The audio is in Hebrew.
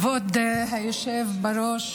כבוד היושב בראש,